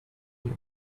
and